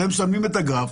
אתם שמים את הגרף.